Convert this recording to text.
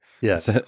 Yes